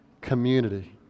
community